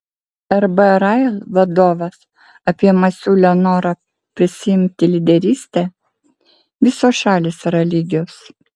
rb rail vadovas apie masiulio norą prisiimti lyderystę visos šalys yra lygios